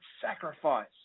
sacrifice